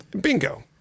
bingo